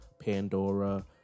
Pandora